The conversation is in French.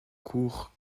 cours